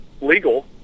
legal